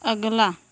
अगला